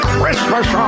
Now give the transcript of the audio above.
Christmas